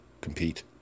compete